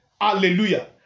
Hallelujah